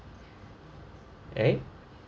right